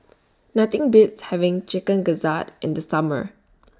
Nothing Beats having Chicken Gizzard in The Summer